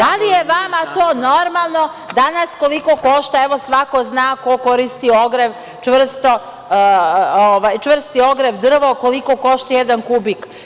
Da li je vama to normalno danas koliko košta, evo, svako zna ko koristi čvrsti ogrev, drvo, koliko košta jedan kubik?